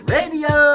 Radio